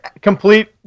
complete